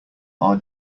our